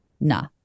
nah